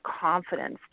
confidence